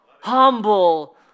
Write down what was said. humble